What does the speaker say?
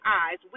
eyes